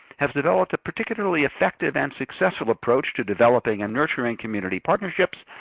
has developed a particularly effective and successful approach to developing and nurturing community partnerships,